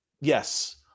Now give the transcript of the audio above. yes